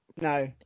No